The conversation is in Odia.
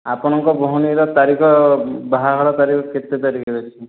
ଆପଣଙ୍କ ଭଉଣୀର ତାରିଖ ବାହା ହେବାର ତାରିଖ କେତେ ତାରିଖରେ ଅଛି